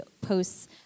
posts